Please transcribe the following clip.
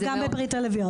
אני גם בברית הלביאות.